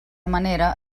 manera